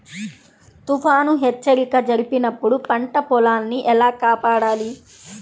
తుఫాను హెచ్చరిక జరిపినప్పుడు పంట పొలాన్ని ఎలా కాపాడాలి?